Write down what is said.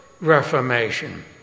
Reformation